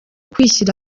kwishira